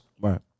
Right